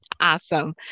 Awesome